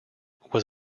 was